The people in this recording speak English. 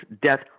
death